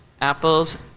apples